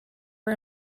are